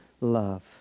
love